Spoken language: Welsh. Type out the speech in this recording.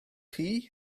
chi